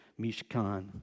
mishkan